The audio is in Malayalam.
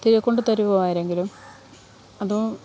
കൊണ്ടുതരുവോ ആരെങ്കിലും അതോ